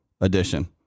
edition